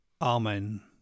Amen